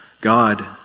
God